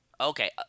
Okay